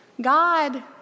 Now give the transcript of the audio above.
God